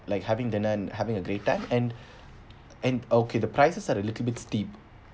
like having dinner and having a great time and and okay the prices are a little bit steep